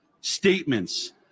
statements